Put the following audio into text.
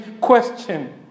question